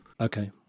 Okay